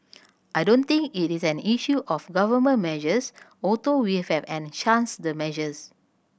I don't think it is an issue of Government measures although we have enchants the measures